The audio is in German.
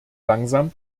langsam